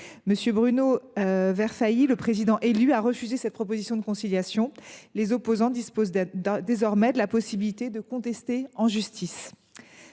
M. Bruno Verfaillie, le président élu, a refusé cette proposition de conciliation. Les opposants ont désormais la possibilité de contester cette